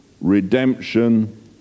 redemption